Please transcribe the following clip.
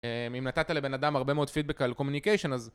אם נתת לבן אדם הרבה מאוד פידבק על קומוניקיישן, אז...